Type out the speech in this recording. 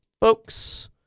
Folks